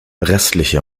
restliche